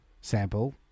sample